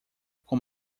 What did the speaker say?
com